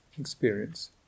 experience